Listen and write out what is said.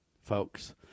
folks